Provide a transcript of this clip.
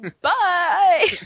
Bye